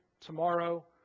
tomorrow